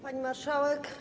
Pani Marszałek!